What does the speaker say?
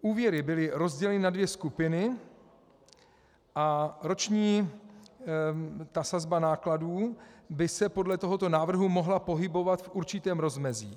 Úvěry byly rozděleny na dvě skupiny a roční sazba nákladů by se podle tohoto návrhu mohla pohybovat v určitém rozmezí.